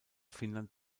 finnland